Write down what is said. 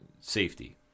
safety